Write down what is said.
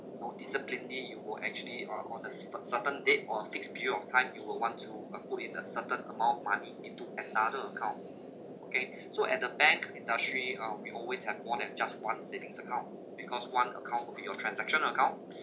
know discipline you will actually uh on the cer~ certain date or a fixed period of time you will want to uh put in a certain amount of money into another account okay so at the bank industry uh we always have more than just one savings account because one account will be your transaction account